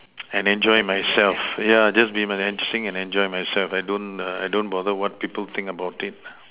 and enjoy myself yeah just be myself and sing and enjoy myself I don't err I don't bother what people think about it